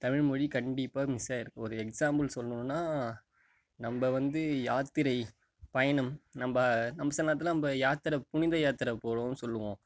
தமிழ் மொழி கண்டிப்பாக மிஸ்சாயிருக்கும் ஒரு எக்ஸாம்புள் சொன்னோனால் நம்ம வந்து யாத்திரை பயணம் நம்ம நம்ம சில நேரத்தில் நம்ம யாத்திரை புனித யாத்திரை போவோம்ன்னு சொல்லுவோம்